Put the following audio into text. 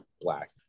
black